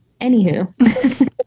anywho